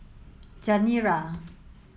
Chanira